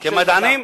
כמדענים.